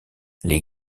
les